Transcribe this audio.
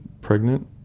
pregnant